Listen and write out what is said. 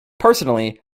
personally